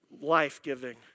life-giving